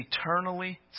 eternally